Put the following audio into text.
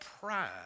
pride